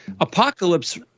apocalypse